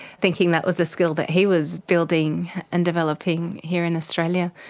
thinking that was a skill that he was building and developing here in australia.